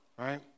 right